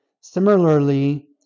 Similarly